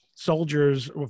soldiers